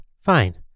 Fine